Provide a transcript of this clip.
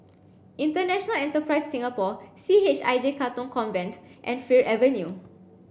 International Enterprise Singapore C H I J Katong Convent and Fir Avenue